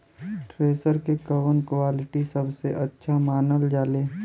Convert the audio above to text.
Thresher के कवन quality सबसे अच्छा मानल जाले?